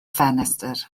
ffenestr